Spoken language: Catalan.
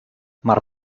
mar